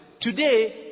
Today